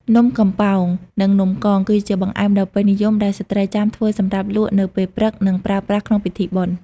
នំកំប៉ោង និងនំកង គឺជាបង្អែមដ៏ពេញនិយមដែលស្ត្រីចាមធ្វើសម្រាប់លក់នៅពេលព្រឹក និងប្រើប្រាស់ក្នុងពិធីបុណ្យ។